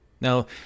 Now